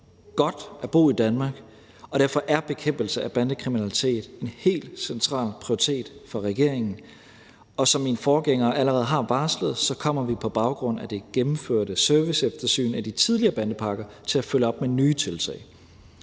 godt at bo i Danmark, og derfor er bekæmpelse af bandekriminalitet en helt central prioritet for regeringen. Og som min forgænger allerede har varslet, kommer vi på baggrund af det gennemførte serviceeftersyn af de tidligere bandepakker til at følge op med nye tiltag.